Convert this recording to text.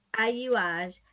IUIs